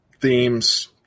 themes